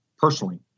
personally